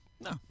No